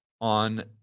on